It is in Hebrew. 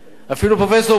אפילו פרופסור ברוורמן,